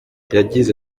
yagize